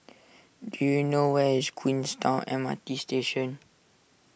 do you know where is Queenstown M R T Station